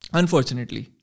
unfortunately